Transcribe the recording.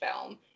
Film